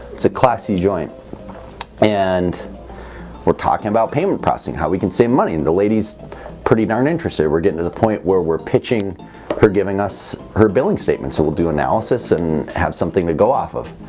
it's a classy joint and we're talking about payment processing how we can save money and the ladies pretty darn interested we're getting to the point where we're pitching for giving us her billing statement so we'll do analysis and have something to go off of.